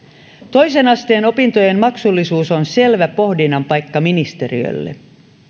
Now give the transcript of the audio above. toisen asteen opintojen maksullisuus on selvä pohdinnan paikka ministeriölle